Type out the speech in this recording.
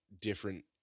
different